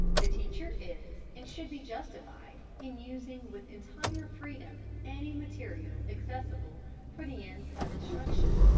the teacher is and should be justified in using with entire freedom any material accessible for the ends of instruction.